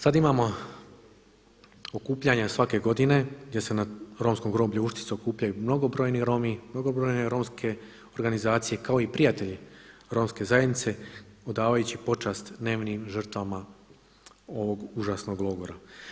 Sada imamo okupljanja svake godine gdje se na Romskom groblju Uštica okupljaju mnogobrojni Romi, mnogobrojne romske organizacije kao prijatelji romske zajednice odavajući počast nevinim žrtvama ovog užasnog logora.